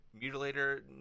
Mutilator